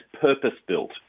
purpose-built